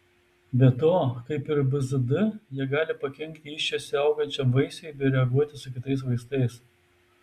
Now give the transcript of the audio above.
be to kaip ir bzd jie gali pakenkti įsčiose augančiam vaisiui bei reaguoti su kitais vaistais